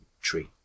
tree